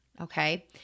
okay